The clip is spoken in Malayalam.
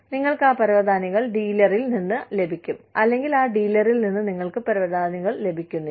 നിങ്ങൾക്ക് ആ പരവതാനികൾ ഡീലറിൽ നിന്ന് ലഭിക്കും അല്ലെങ്കിൽ ആ ഡീലറിൽ നിന്ന് നിങ്ങൾക്ക് പരവതാനികൾ ലഭിക്കുന്നില്ല